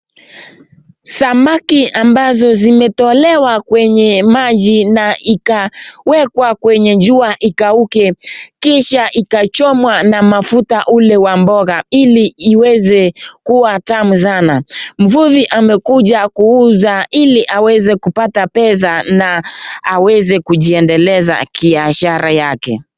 Samaki ambao wametolewa kwenye maji na wakawekwe kwenye jua wakauke kisha wakachomwa kwa mafuta yale ya mboga ili waweze kuwa tamu sana. Mvuvi amekuja kuwauza ili aweze kupata pesa na aweze kujiendeleza kwenye biashara yake.